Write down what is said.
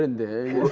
ah day?